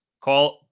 call